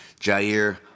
Jair